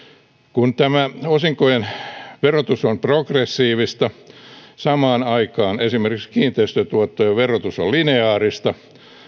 kun tämä osinkojen verotus on progressiivista samaan aikaan esimerkiksi kiinteistötuottojen verotus on lineaarista